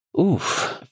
Oof